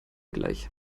gleich